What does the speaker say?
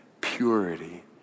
purity